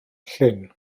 llyn